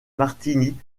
martini